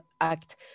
Act